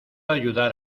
ayudar